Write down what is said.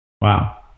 Wow